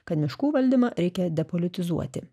kad miškų valdymą reikia depolitizuoti